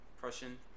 Prussian